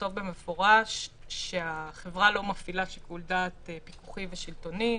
לכתוב במפורש שהחברה לא מפעילה שיקול דעת פיקוחי ושלטוני,